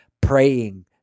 praying